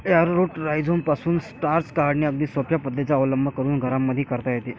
arrowroot राईझोमपासून starch काढणे अगदी सोप्या पद्धतीचा अवलंब करून घरांमध्येही करता येते